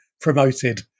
promoted